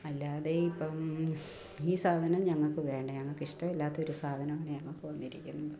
അല്ലാതെ ഇപ്പം ഈ സാധനം ഞങ്ങൾക്ക് വേണ്ട ഞങ്ങൾക്ക് ഇഷ്ടമില്ലാത്തൊരു സാധനമാണ് ഞങ്ങൾക്കു വന്നിരിക്കുന്നത്